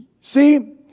See